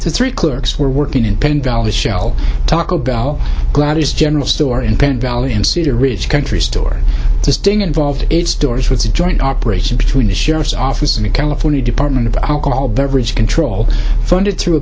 it's three clerks were working in penn valley shell taco bell gladius general store in penn valley and cedar ridge country store is doing involved its doors with a joint operation between the sheriff's office and the california department of alcohol beverage control funded